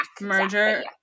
Merger